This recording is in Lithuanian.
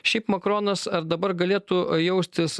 šiaip makronas ar dabar galėtų jaustis